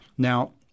Now